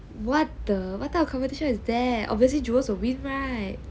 what the what type of competition is that obviously jewels will win right